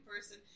person